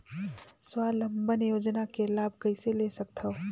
स्वावलंबन योजना के लाभ कइसे ले सकथव?